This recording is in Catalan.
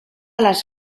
les